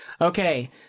Okay